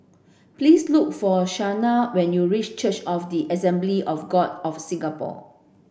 please look for Shauna when you reach Church of the Assembly of God of Singapore